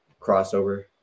crossover